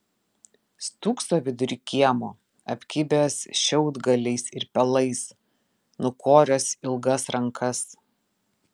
stūkso vidury kiemo apkibęs šiaudgaliais ir pelais nukoręs ilgas rankas